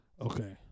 Okay